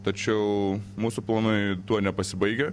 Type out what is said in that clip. tačiau mūsų planai tuo nepasibaigia